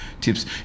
Tips